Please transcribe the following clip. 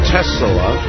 Tesla